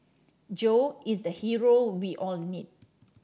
Joe is the hero we all need